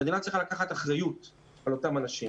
המדינה צריכה לקחת אחריות על אותם אנשים.